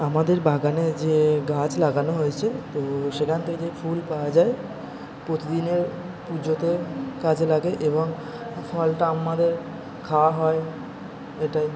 আমাদের বাগানে যে গাছ লাগানো হয়েছে তো সেখান থেকে ফুল পাওয়া যায় প্রতিদিনে পুজোতে কাজে লাগে এবং ফলটা আমাদের খাওয়া হয় এটাই